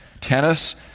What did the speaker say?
tennis